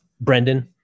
Brendan